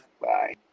Bye